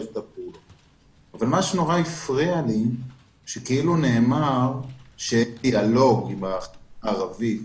מה שנורא הפריע לי שנאמר שאין דיאלוג עם החברה הערבית.